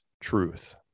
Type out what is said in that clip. truth